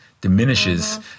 diminishes